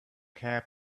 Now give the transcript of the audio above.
care